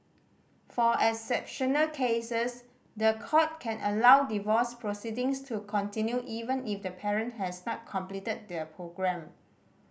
for exceptional cases the court can allow divorce proceedings to continue even if the parent has not completed the programme